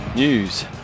News